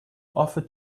offer